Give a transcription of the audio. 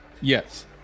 Yes